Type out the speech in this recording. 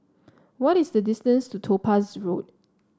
what is the distance to Topaz Road